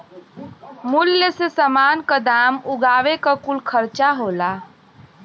मूल्य मे समान क दाम उगावे क कुल खर्चा होला